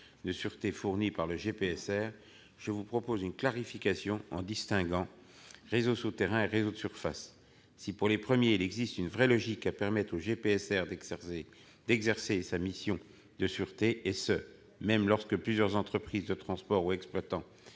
de sûreté fournies par le GPSR. De mon côté, je propose une clarification en distinguant réseaux souterrains et réseaux de surface. S'il existe, pour les premiers, une vraie logique à ce que le GPSR puisse exercer sa mission de sûreté, et ce même lorsque plusieurs entreprises de transport ou exploitants